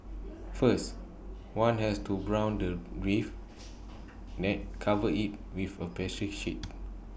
first one has to brown the beef then cover IT with A pastry sheet